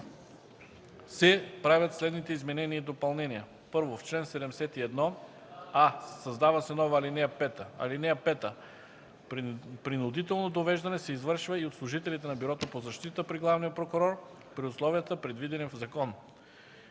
се правят следните изменения и допълнения: 1. В чл. 71: а) създава се нова ал. 5: „(5) Принудително довеждане се извършва и от служителите на Бюрото по защита при главния прокурор при условията, предвидени в закон.”;